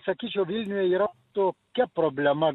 sakyčiau vilniuje yra tokia problema